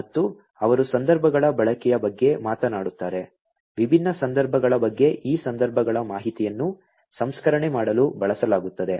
ಮತ್ತು ಅವರು ಸಂದರ್ಭಗಳ ಬಳಕೆಯ ಬಗ್ಗೆ ಮಾತನಾಡುತ್ತಾರೆ ವಿಭಿನ್ನ ಸಂದರ್ಭಗಳ ಬಗ್ಗೆ ಈ ಸಂದರ್ಭಗಳ ಮಾಹಿತಿಯನ್ನು ಸಂಸ್ಕರಣೆ ಮಾಡಲು ಬಳಸಲಾಗುತ್ತದೆ